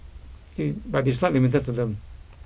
he but is not limited to them